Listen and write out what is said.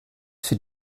für